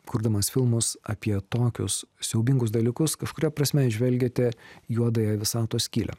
kurdamas filmus apie tokius siaubingus dalykus kažkuria prasme žvelgiate juodąją visatos skylę